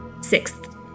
Sixth